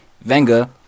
venga